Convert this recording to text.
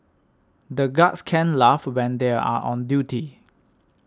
the guards can't laugh when they are on duty